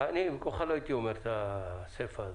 אני במקומך לא הייתי אומר את הסיפא הזאת.